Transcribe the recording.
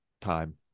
time